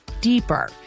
deeper